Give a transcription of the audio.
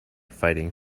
fighting